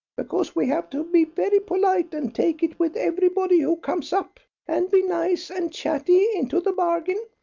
because we have to be very polite and take it with everybody who comes up, and be nice and chatty into the bargain.